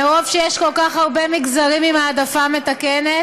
מרוב שיש כל כך הרבה מגזרים עם העדפה מתקנת.